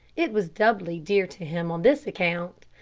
it was doubly dear to him on this account.